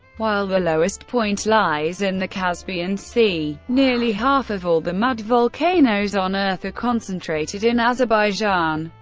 while the lowest point lies in the caspian sea. nearly half of all the mud volcanoes on earth are concentrated in azerbaijan,